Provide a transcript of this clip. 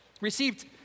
received